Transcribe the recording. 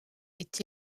est